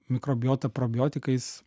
mikrobiotą probiotikais